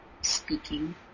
speaking